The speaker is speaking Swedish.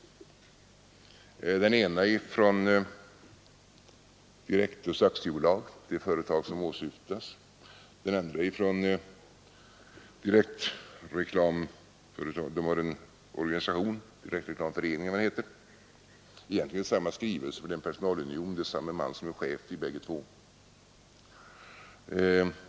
Den ena är från Direktus AB — det företag som åsyftas — och den andra är från Direktreklamföreningen. Det är egentligen samma skrivelse, eftersom det är personalunion i ledningen för organisationerna.